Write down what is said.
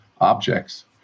objects